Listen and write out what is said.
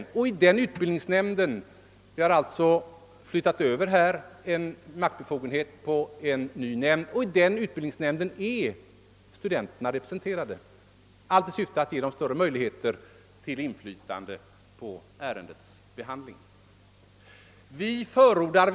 Vi har sålunda där flyttat över maktbefogenheten till en utbildningsnämnd, där studenterna är representerade. Det syftar till att ge studenterna större inflytande på ärendets behandling.